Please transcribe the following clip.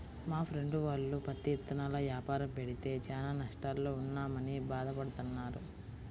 మా ఫ్రెండు వాళ్ళు పత్తి ఇత్తనాల యాపారం పెడితే చానా నష్టాల్లో ఉన్నామని భాధ పడతన్నారు